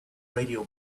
radio